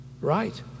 right